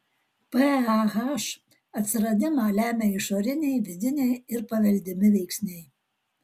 pah atsiradimą lemia išoriniai vidiniai ir paveldimi veiksniai